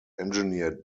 engineered